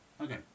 Okay